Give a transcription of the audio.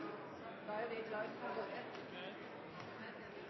Da er det